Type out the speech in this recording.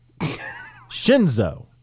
Shinzo